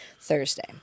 Thursday